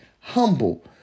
humble